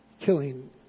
Killing